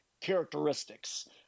characteristics